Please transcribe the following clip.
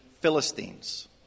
Philistines